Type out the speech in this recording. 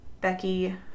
Becky